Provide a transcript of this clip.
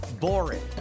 boring